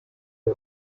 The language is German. der